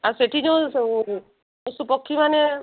ଆଉ ସେଇଠି ଯେଉଁସବୁ ପଶୁପକ୍ଷୀମାନେ